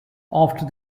after